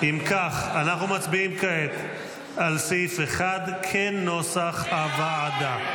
אם כך, אנחנו מצביעים כעת על סעיף 1 כנוסח הוועדה.